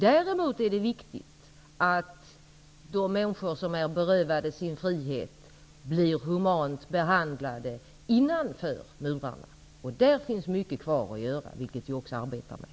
Däremot är det viktigt att de människor som är berövade sin frihet blir humant behandlade innanför murarna. På det området finns det mycket kvar att göra, vilket vi också arbetar med.